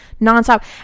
nonstop